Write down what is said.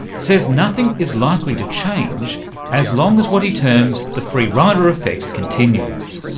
says nothing is likely to change as long as what he terms the free-rider effect continues.